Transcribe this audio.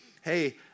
hey